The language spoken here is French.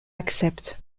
accepte